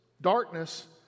darkness